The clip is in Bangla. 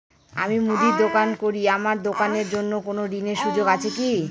আমি মুদির দোকান করি আমার দোকানের জন্য কোন ঋণের সুযোগ আছে কি?